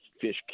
fish